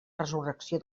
resurrecció